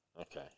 Okay